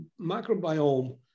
microbiome